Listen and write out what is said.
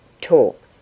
talk